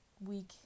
week